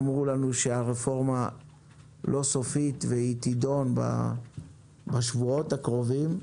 אמרו לנו שהרפורמה לא סופית והיא תידון בשבועות הקרובים.